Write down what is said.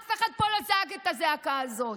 אף אחד פה לא זעק את הזעקה הזאת.